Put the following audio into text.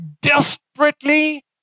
desperately